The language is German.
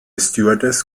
stewardess